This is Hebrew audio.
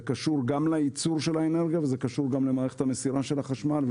קשור גם לייצור של האנרגיה וגם למערכת המסירה של החשמל.